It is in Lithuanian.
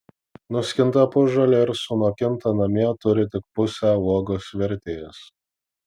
nuskinta pusžalė ir sunokinta namie turi tik pusę uogos vertės